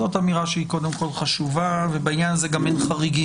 זאת אמירה שהיא חשובה ובעניין הזה גם אין חריגים.